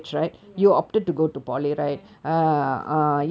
ya I went to polytechnic instead ya